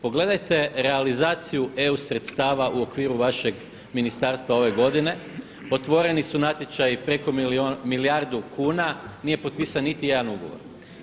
Pogledajte realizaciju EU sredstava u okviru vašeg ministarstva ove godine, otvoreni su natječaji preko milijardu kuna, nije potpisan niti jedan ugovor.